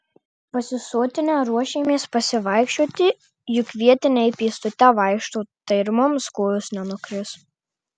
pasisotinę ruošėmės pasivaikščioti juk vietiniai pėstute vaikšto tai ir mums kojos nenukris